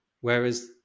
Whereas